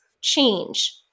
change